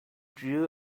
drew